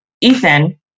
Ethan